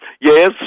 Yes